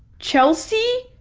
chelsea?